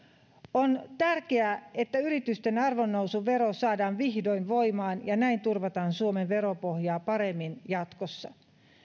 on tärkeää että yritysten arvonnousuvero saadaan vihdoin voimaan ja näin turvataan suomen veropohjaa paremmin jatkossa